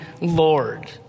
Lord